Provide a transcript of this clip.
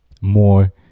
More